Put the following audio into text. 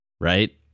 right